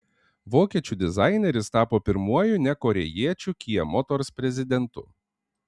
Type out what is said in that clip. vokiečių dizaineris tapo pirmuoju ne korėjiečiu kia motors prezidentu